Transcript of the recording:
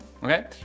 Okay